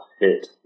hit